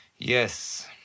Yes